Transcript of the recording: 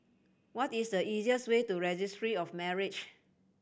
what is the easiest way to Registry of Marriage